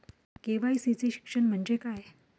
KYC चे शिक्षण म्हणजे काय?